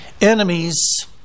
enemies